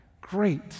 great